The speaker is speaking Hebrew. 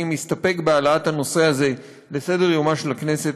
אני אסתפק בהעלאת הנושא הזה על סדר-יומה של הכנסת.